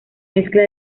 mezcla